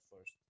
first